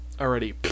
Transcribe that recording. Already